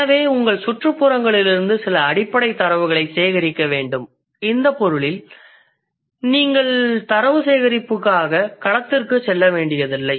எனவே உங்கள் சுற்றுப்புறங்களிலிருந்து சில அடிப்படை தரவுகளை சேகரிக்க வேண்டும் இந்தப் பொருளில் நீங்கள் தரவு சேகரிப்புக்காக 'களத்திற்கு' செல்ல வேண்டியதில்லை